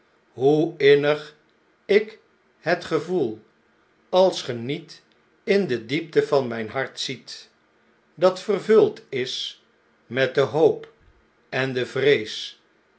hoe innig ik het gevoel als ge niet in de diepte van mijn hart ziet datvervuldis met de hoop en de vrees